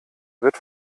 wird